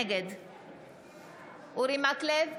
נגד אורי מקלב,